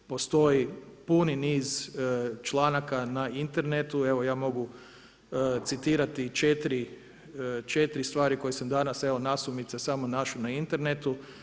Postoji puni niz članaka na Internetu, evo ja mogu citirati četiri stvari koje sam danas evo nasumice našao na Internetu.